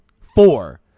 four